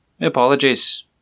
Apologies